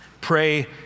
Pray